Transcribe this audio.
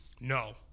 No